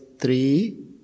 three